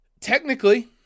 Technically